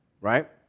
Right